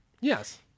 Yes